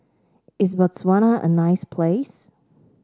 is Botswana a nice place